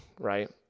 right